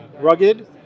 rugged